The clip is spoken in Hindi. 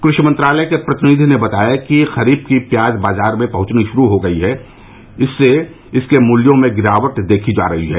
कृषि मंत्रालय के प्रतिनिधि ने बताया कि खरीफ की प्याज बाजार में पहंचनी शुरू हो गई है जिससे इसके मूल्यों में गिरावट देखी जा रही है